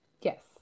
Yes